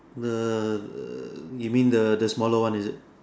you mean the the smaller one is it